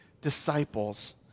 disciples